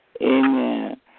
Amen